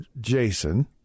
Jason